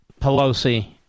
Pelosi